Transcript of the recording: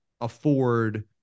afford